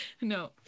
No